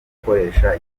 gukoresha